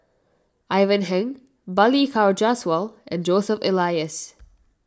Ivan Heng Balli Kaur Jaswal and Joseph Elias